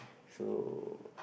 so